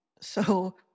So-